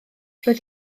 roedd